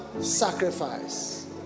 sacrifice